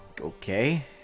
Okay